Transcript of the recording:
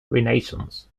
renaissance